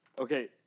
okay